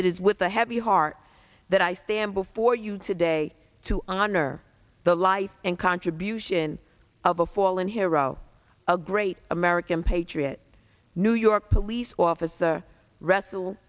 it is with a heavy heart that i stand before you today to honor the life and contribution of a fallen hero a great american patriot new york police officer wrestle